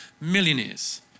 millionaires